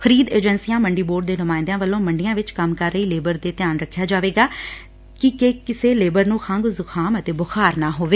ਖਰੀਦ ਏਜੰਸੀਆਂ ਮੰਡੀ ਬੋਰਡ ਦੇ ਨੁਮਾਇੰਦਿਆ ਵੱਲੋ ਮੌਡੀਆਂ ਵਿੱਚ ਕੰਮ ਰਹੀ ਲੇਬਰ ਤੇ ਧਿਆਨ ਰੱਖਿਆ ਜਾਵੇਗਾ ਕਿ ਕਿਸੇ ਲੇਬਰ ਨੂੰ ਖੰਘ ਜੁਕਾਮ ਅਤੇ ਬੁਖਾਰ ਨਾ ਹੋਵੇ